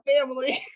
family